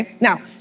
Now